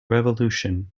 revolution